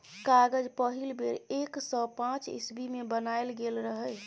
कागज पहिल बेर एक सय पांच इस्बी मे बनाएल गेल रहय